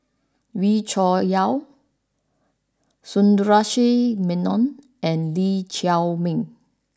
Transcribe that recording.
Wee Cho Yaw Sundaresh Menon and Lee Chiaw Meng